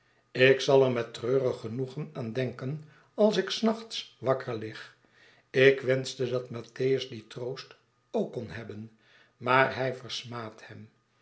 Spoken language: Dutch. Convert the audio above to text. ik zal er met treurig genoegen aan denken als ik s nachts wakker lig ik wenschte dat mattheiis dien troost ook kon hebben maar hij versmaadt hem